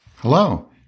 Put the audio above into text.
Hello